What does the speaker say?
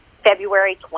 February